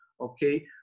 Okay